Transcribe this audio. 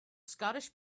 scottish